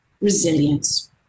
resilience